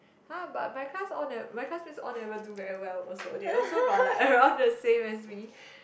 !huh! but my class all never my classmates all never do very well also they also got like around the same as me